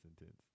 intense